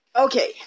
Okay